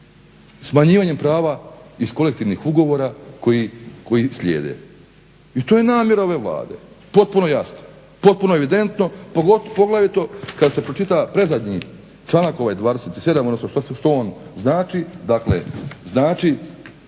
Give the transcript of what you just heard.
smanjivanjem prava iz kolektivnih ugovora koji slijede. I to je namjera ove Vlade, potpuno jasno, potpuno evidentno, poglavito kada se pročita predzadnji članak 27.odnosno što on znači,